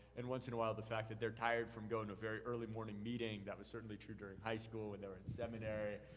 and once in a while the fact that they're tired from going to very early meetings. that was certainly true during high school when they were in seminary.